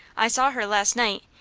i saw her last night,